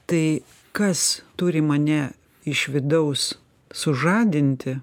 tai kas turi mane iš vidaus sužadinti